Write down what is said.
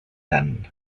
tant